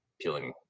peeling